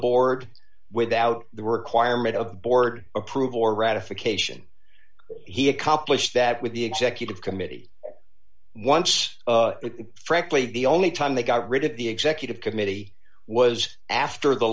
board without the requirement of board approval or ratification he accomplished that with the executive committee once frankly the only time they got rid of the executive committee was after the